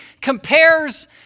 compares